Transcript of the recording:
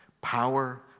power